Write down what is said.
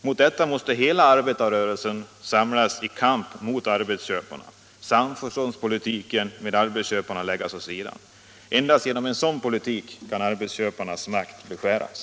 Mot detta måste hela arbetarrörelsen samlas i en kamp mot arbetsköparna, samförståndspolitiken med arbetsköparna läggas åt sidan. Endast genom en sådan politik kan arbetsköparnas makt beskäras.